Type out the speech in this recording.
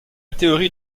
théorie